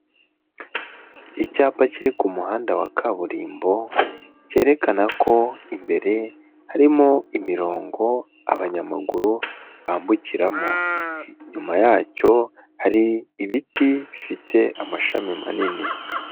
Icyapa kiri ku muhanda wa kaburimbo cyerekana ko imbere harimo imirongo abanyamaguru bambukiramo, inyuma yacyo hari ibiti bifite amashami manini.